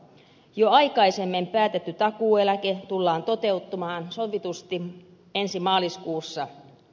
jo aikaisemmin päätetty takuueläke tullaan toteuttamaan sovitusti ensi maaliskuussa